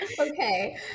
Okay